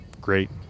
great